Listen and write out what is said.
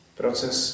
proces